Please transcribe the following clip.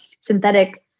synthetic